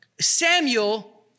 Samuel